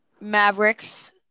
Mavericks